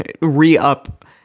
re-up